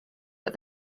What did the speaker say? but